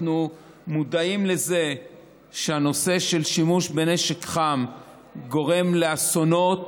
אנחנו מודעים לזה שהנושא של שימוש בנשק חם גורם לאסונות